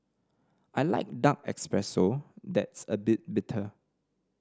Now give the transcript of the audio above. I like dark espresso that's a bit bitter